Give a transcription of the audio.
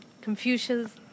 Confucius